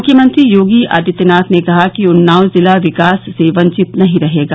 मुख्यमंत्री योगी आदित्यनाथ ने कहा कि उन्नाव जनपद विकास से वंचित नहीं रहेगा